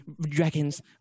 Dragons